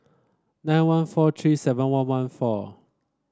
nine one four three seven one one four